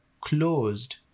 closed